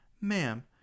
Ma'am